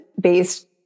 based